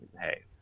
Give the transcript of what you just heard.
Hey